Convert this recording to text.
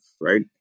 right